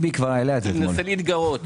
הוא מנסה להתגרות.